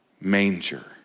manger